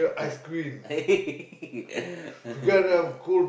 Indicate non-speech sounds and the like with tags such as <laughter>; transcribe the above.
(uh huh) <laughs> (uh huh)